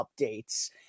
updates